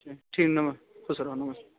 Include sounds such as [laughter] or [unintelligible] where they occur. ठीक नमस्ते खुश रहो [unintelligible]